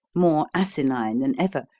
more asinine than ever,